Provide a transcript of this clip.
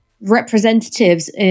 representatives